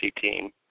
team